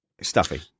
Stuffy